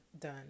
done